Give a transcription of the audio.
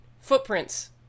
footprints